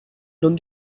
non